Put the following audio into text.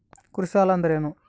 ಕೃಷಿ ಸಾಲ ಅಂದರೇನು?